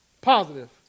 Positive